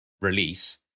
release